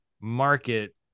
market